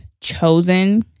chosen